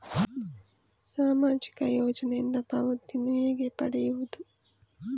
ಸಾಮಾಜಿಕ ಯೋಜನೆಯಿಂದ ಪಾವತಿಯನ್ನು ಹೇಗೆ ಪಡೆಯುವುದು?